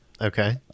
Okay